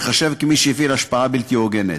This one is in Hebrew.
ייחשב למי שהפעיל השפעה בלתי הוגנת.